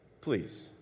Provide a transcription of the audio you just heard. Please